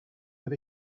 that